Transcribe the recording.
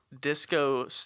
Disco